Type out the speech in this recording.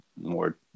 more